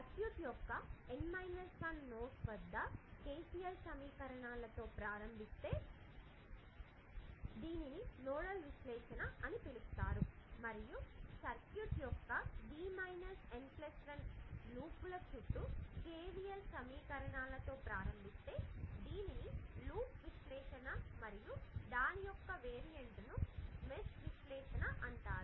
circuit యొక్క N 1 nodes వద్ద KCL సమీకరణాలతో ప్రారంభిస్తే దీనిని నోడల్ విశ్లేషణ అని పిలుస్తారు మరియు సర్క్యూట్ యొక్క V N 1 లూప్ల చుట్టూ KVL సమీకరణాలతో ప్రారంభిస్తే దీనిని లూప్ విశ్లేషణ మరియు దాని యొక్క వేరియంట్ ను మెష్ విశ్లేషణ అంటారు